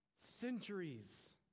centuries